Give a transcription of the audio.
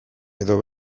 edo